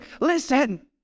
Listen